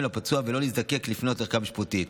לפצוע ולא להזדקק לפנות לערכאה שיפוטית.